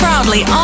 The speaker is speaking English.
Proudly